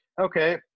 Okay